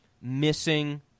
missing